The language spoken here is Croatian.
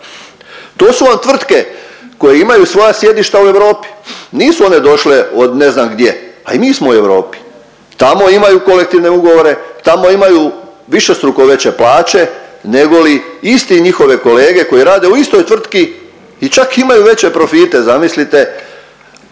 To su vam tvrtke koje imaju svoja sjedišta u Europi, nisu one došle od ne znam gdje, pa i mi smo u Europi. Tamo imaju kolektivne ugovore, tamo imaju višestruko veće plaće nego li isti njihove kolege koje rade u istoj tvrtki i čak imaju i veće profite, zamislite,